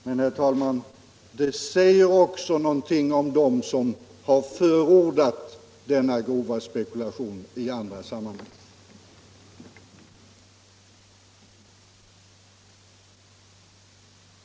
Men, herr talman, det säger också någonting om omdömet hos dem som i Sveriges Radio-TV och i Filminstitutet har förordat denna grova spekulation.